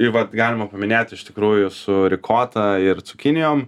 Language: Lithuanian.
tai vat galima paminėt iš tikrųjų su rikota ir cukinijom